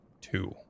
two